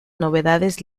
novedades